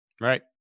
Right